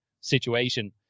situation